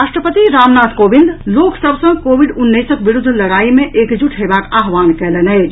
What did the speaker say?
राष्ट्रपति रामनाथ कोविंद लोक सभ सॅ कोविड उन्नैसक विरूद्ध लड़ाई मे एकजुट हेबाक आह्वान कयलनि अछि